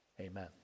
Amen